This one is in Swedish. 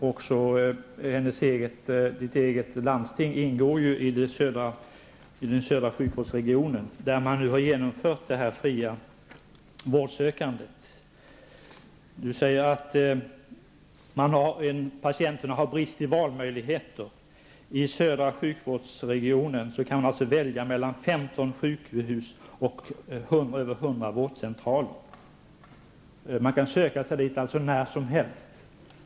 Även Liselotte Wågös eget landsting ingår ju i den södra sjukvårdsregionen, där man nu har genomfört detta fria vårdsökande. Liselotte Wågö säger att patienterna har brist på valmöjligheter. I den södra sjukvårdsregionen kan patienterna välja mellan 15 sjukhus och över 100 vårdcentraler. Man kan söka sig dit när som helst.